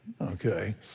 Okay